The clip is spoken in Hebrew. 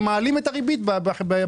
אז הם מעלים את הריבית לגבי השאר.